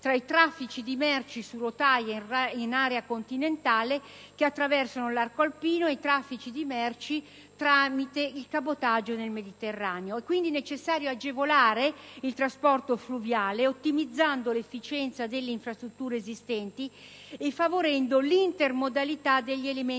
tra i traffici di merci su rotaia in area continentale, che attraversano l'arco alpino, e i traffici di merci tramite cabotaggio nel Mediterraneo. A mio giudizio è necessario agevolare il trasporto fluviale ottimizzando l'efficienza delle infrastrutture esistenti e favorendo l'intermodalità degli elementi della